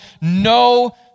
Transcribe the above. no